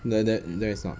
like that then is not